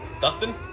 Dustin